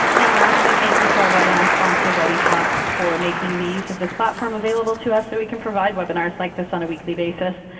and lastly, thank you to our webinar sponsor readytalk for making the use of this platform available to us so we can provide webinars like this on a weekly basis.